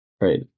Right